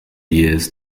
years